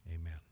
Amen